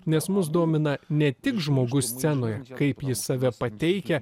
nes mus domina ne tik žmogus scenoje kaip jis save pateikia